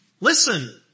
Listen